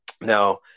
Now